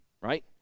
right